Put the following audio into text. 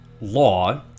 Law